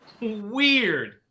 weird